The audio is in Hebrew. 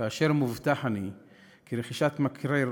כאשר בטוח אני כי רכישת מקרר,